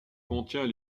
contient